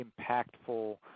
impactful